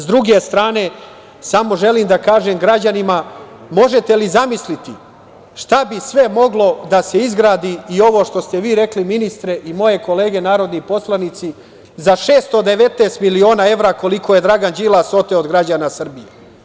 S druge strane, samo želim da kažem građanima – možete li zamisliti šta bi sve moglo da se izgradi i ovo što ste vi rekli ministre i moje kolege narodni poslanici, za 619 miliona evra koliko je Dragan Đilas oteo od građana Srbije?